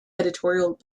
editorial